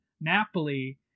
Napoli